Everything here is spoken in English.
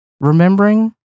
remembering